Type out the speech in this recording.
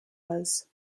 was